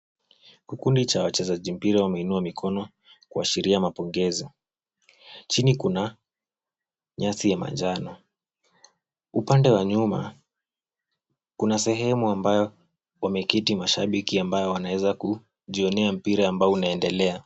Kikundi cha wachezaji mpira wameinua mikono kuashiria mapongezo. Chini kuna nyasi ya manjano. Upande wa nyuma, kuna sehemu ambayo wameketi mashabiki ambao wanaeza kujionea mpira ambao unaendelea.